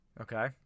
Okay